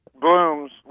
blooms